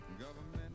government